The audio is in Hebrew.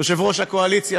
יושב-ראש הקואליציה,